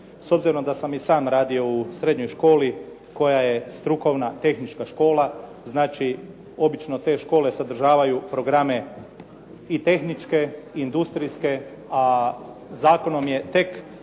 S obzirom da sam i sam radio u srednjoj školi koja je strukovna tehnička škola, znači obično te škole sadržavaju programe i tehničke i industrijske, a zakonom je tek,